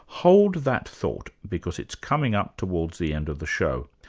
hold that thought, because it's coming up towards the end of the show.